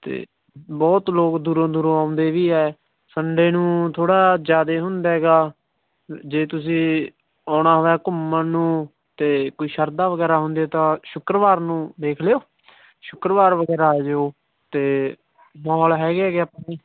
ਅਤੇ ਬਹੁਤ ਲੋਕ ਦੂਰੋਂ ਦੂਰੋਂ ਆਉਂਦੇ ਵੀ ਹੈ ਸੰਡੇ ਨੂੰ ਥੋੜ੍ਹਾ ਜ਼ਿਆਦਾ ਹੁੰਦਾ ਗਾ ਜੇ ਤੁਸੀਂ ਆਉਣਾ ਹੋਇਆ ਘੁੰਮਣ ਨੂੰ ਅਤੇ ਕੋਈ ਸ਼ਰਧਾ ਵਗੈਰਾ ਹੁੰਦੀ ਤਾਂ ਸ਼ੁੱਕਰਵਾਰ ਨੂੰ ਦੇਖ ਲਿਓ ਸ਼ੁੱਕਰਵਾਰ ਵਗੈਰਾ ਆ ਜਿਓ ਅਤੇ ਮੌਲ ਹੈਗੇ ਗੇ ਆਪਣੇ